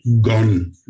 gone